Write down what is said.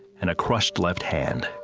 and a crushed left hand.